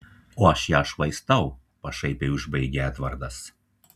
o aš ją švaistau pašaipiai užbaigė edvardas